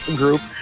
group